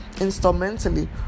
instrumentally